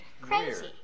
Crazy